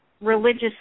Religious